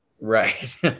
right